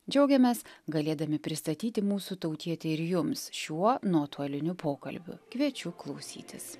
džiaugiamės galėdami pristatyti mūsų tautietį ir jums šiuo nuotolinių pokalbių kviečiu klausytis